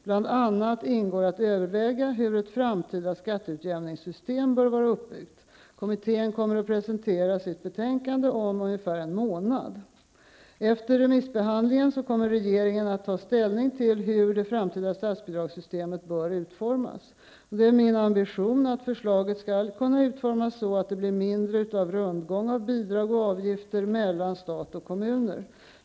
Bl.a. ingår att överväga hur ett framtida skatteutjämningssystem bör vara uppbyggt. Kommittén kommer att presentera sitt betänkande om ungefär en månad. Efter remissbehandlingen kommer regeringen att ta ställning till hur det framtida statsbidragssystemet bör utformas. Det är min ambition att förslaget skall kunna utformas så att det blir mindre av rundgång av bidrag och avgifter mellan stat och kommuner.